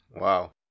Wow